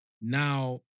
now